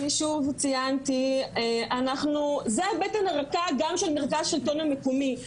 אני שוב ציינתי אנחנו זו "הבטן הרכה" גם של מרכז שלטון המקומי.